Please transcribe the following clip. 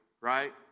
right